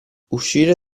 uscire